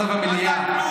אתה מבין,